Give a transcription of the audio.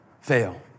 fail